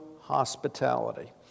hospitality